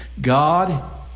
God